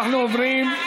אנחנו עוברים,